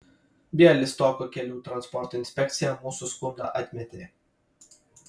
bialystoko kelių transporto inspekcija mūsų skundą atmetė